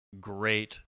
great